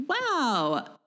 wow